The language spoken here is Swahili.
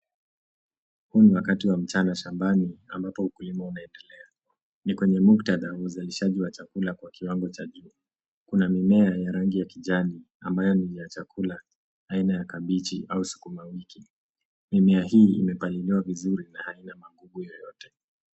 Huu ni wakati wa mchana shambani ambapo ukulima unaendelea. Ni kwenye muktadha wa uzalishaji wa chakula kwa kiwango cha juu. Kuna mimea ya rangi ya kijani ambayo ni ya chakula aina ya kabichi au sukuma wiki. Mimea hii imepaliliwa vizuri na haina magugu yoyote.